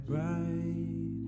right